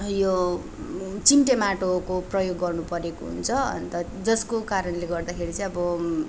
यो चिम्टे माटोको प्रयोग गर्नु परेको हुन्छ अन्त जसको कारणले गर्दाखेरि चाहिँ अब